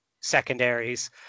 secondaries